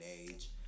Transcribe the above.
age